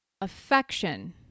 affection